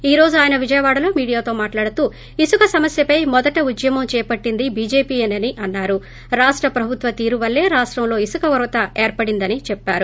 ఈ రోజు ఆయన విజయవాడాలో మీడియాతో మాట్లాడుతూ ఇసుక సమస్యపై మొదట ఉద్యమం చేపట్లింది బీజేపీయేనని అన్నారు రాష్ట ప్రభుత్వ తీరు వల్లే రాష్టంలో ఇసుక కొరత ఏర్పడిందని చెప్పారు